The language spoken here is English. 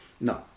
No